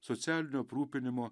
socialinio aprūpinimo